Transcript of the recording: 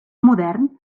modern